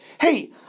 Hey